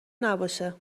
نباشه